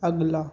अगला